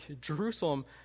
Jerusalem